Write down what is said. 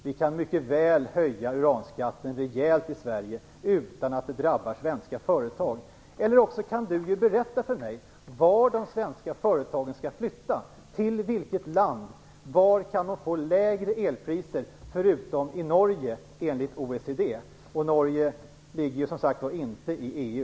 Vi kan mycket väl höja uranskatten rejält utan att det drabbar svenska företag. Kanske kan Per Westerberg berätta för mig till vilket land de svenska företagen skall flytta, var de kan få lägre elpriser förutom i Norge - Norge ligger ju inte i EU.